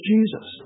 Jesus